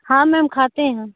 हाँ म्याम खाते हैं हम